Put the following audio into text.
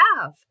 have